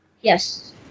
yes